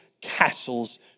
castles